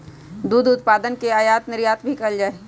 दुध उत्पादन के आयात निर्यात भी कइल जा हई